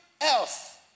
else